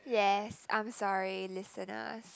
yes I'm sorry listeners